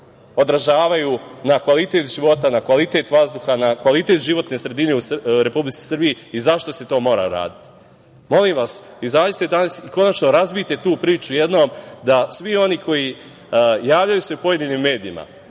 odražavaju na kvalitet života, na kvalitet vazduha, na kvalitet životne sredine u Republici Srbiji i zašto se to mora raditi. Molim vas, izađite i konačno razbijte tu priču jednom, da svi oni koji se javljaju pojedinim medijima,